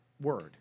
word